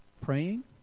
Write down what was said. praying